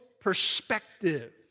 perspective